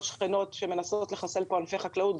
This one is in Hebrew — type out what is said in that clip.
שכנות שמנסות לחסל פה ענפי חקלאות.